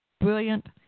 brilliant